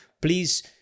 please